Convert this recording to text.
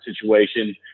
situation